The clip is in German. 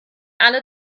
alle